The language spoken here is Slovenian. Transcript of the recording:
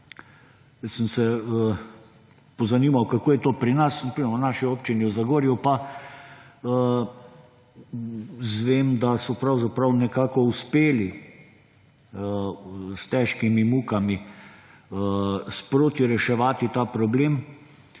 sem se, kako je to pri nas, na primer v naši občini v Zagorju, pa izvem, da so pravzaprav nekako uspeli s težkimi mukami sproti reševati ta problem.